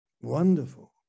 wonderful